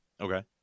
Okay